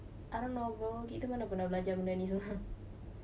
I don't know bro kita mana pernah belajar benda ni semua